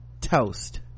toast